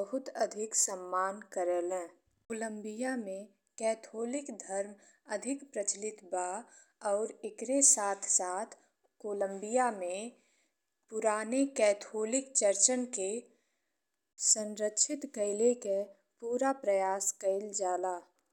बहुत अधिक सम्मान करेले। कोलंबिया में कैथोलिक धर्म अधिक प्रचलित बा अउरी एकरे साथ-साथ कोलंबिया में पुराने कैथोलिक चर्चन के संरक्षित कइले के पूरा प्रयास कइल जाला।